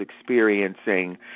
experiencing